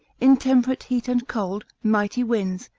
intemperate heat and cold, mighty winds,